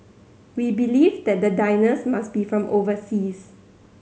we believed that the diners must be from overseas